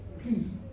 Please